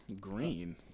Green